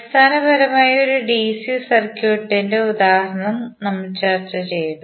അടിസ്ഥാനപരമായി ഒരു DC circuit ഇന്റെ ഉദാഹരണം നമ്മൾ ചർച്ചചെയ്തു